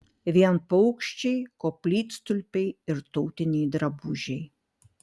vien paukščiai koplytstulpiai ir tautiniai drabužiai